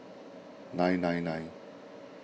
nine nine nine